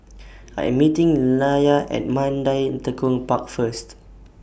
I Am meeting Nelia At Mandai Tekong Park First